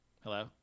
Hello